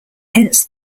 hence